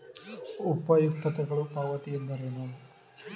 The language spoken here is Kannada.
ಉಪಯುಕ್ತತೆಗಳ ಪಾವತಿ ಎಂದರೇನು?